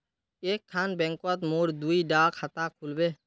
एक खान बैंकोत मोर दुई डा खाता खुल बे?